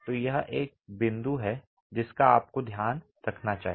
तो यह एक बिंदु है जिसे आपको ध्यान में रखना चाहिए